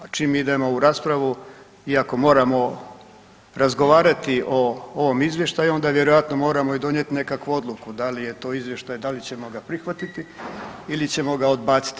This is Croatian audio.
A čim idemo u raspravu iako moramo razgovarati o ovom izvještaju onda vjerojatno moramo donijeti i nekakvu odluku da li je to izvještaj da li ćemo ga prihvatiti ili ćemo ga odbaciti.